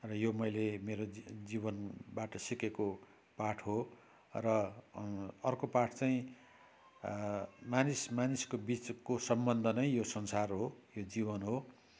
र यो मैले मेरो जीवन जीवनबाट सिकेको पाठ हो र अर्को पाठ चाहिँ मानिस मानिसको बिचको सम्बन्ध नै यो संसार हो यो जीवन हो